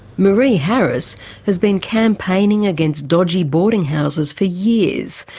myree harris has been campaigning against dodgy boarding houses for years.